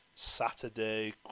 Saturday